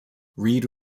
reed